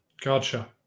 Gotcha